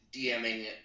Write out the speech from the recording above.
DMing